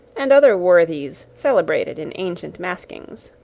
and other worthies celebrated in ancient maskings.